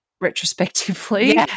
retrospectively